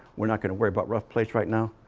we're not going to worry about rough plates right now.